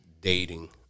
dating